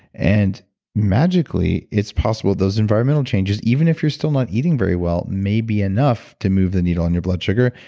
and magically it's possible those environmental changes, even if you're still not eating very well, may be enough to move the needle on your blood sugar.